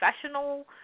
professional